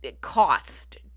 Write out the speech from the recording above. cost